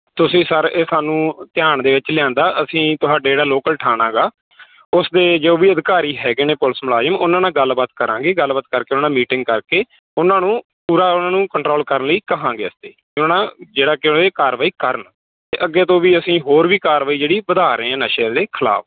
ਤੁਸੀਂ ਸਰ ਇਹ ਸਾਨੂੰ ਧਿਆਨ ਦੇ ਵਿੱਚ ਲਿਆਂਦਾ ਅਸੀਂ ਤੁਹਾਡੇ ਜਿਹੜਾ ਲੋਕਲ ਥਾਣਾ ਹੈਗਾ ਉਸ ਦੇ ਜੋ ਵੀ ਅਧਿਕਾਰੀ ਹੈਗੇ ਨੇ ਪੁਲਿਸ ਮੁਲਾਜ਼ਮ ਉਨ੍ਹਾਂ ਨਾਲ ਗੱਲਬਾਤ ਕਰਾਂਗੇ ਗੱਲਬਾਤ ਕਰਕੇ ਉਨ੍ਹਾਂ ਨਾਲ ਮੀਟਿੰਗ ਕਰਕੇ ਉਨ੍ਹਾਂ ਨੂੰ ਪੂਰਾ ਉਨ੍ਹਾਂ ਨੂੰ ਕੰਟਰੋਲ ਕਰਨ ਲਈ ਕਹਾਂਗੇ ਅਸੀਂ ਉਨ੍ਹਾਂ ਨਾਲ ਜਿਹੜਾ ਕਿ ਵੀ ਕਾਰਵਾਈ ਕਰਨ ਅਤੇ ਅੱਗੇ ਤੋਂ ਵੀ ਅਸੀਂ ਹੋਰ ਵੀ ਕਾਰਵਾਈ ਜਿਹੜੀ ਵਧਾ ਰਹੇ ਹਾਂ ਨਸ਼ੇ ਦੇ ਖਿਲਾਫ